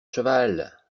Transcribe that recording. cheval